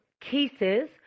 cases